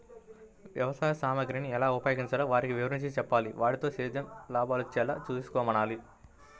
వ్యవసాయ సామగ్రిని ఎలా ఉపయోగించాలో వారికి వివరించి చెప్పాలి, వాటితో సేద్యంలో లాభాలొచ్చేలా చేసుకోమనాలి